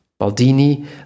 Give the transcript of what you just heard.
Baldini